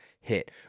hit